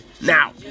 Now